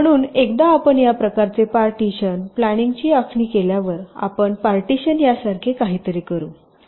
म्हणून एकदा आपण या प्रकारचे पार्टीशन प्लॅनिंगची आखणी केल्यावर आपण पार्टीशन यासारखे काहीतरी करू